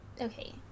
Okay